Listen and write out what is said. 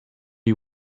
you